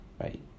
right